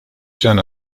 can